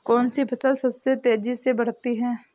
कौनसी फसल सबसे तेज़ी से बढ़ती है?